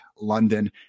London